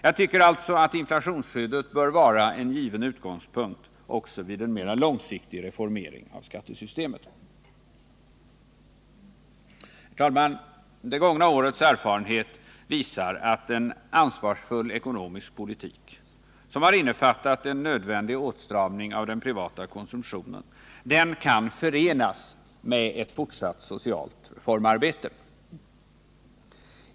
Jag tycker alltså att inflationsskyddet bör vara en given utgångspunkt också vid en mera långsiktig reformering av skattesystemet. Herr talman! Det gångna årets erfarenhet visar att en ansvarsfull ekonomisk politik — som har innefattat en nödvändig åtstramning av den privata konsumtionen — kan förenas med ett fortsatt socialt reformarbete.